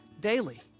daily